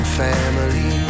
family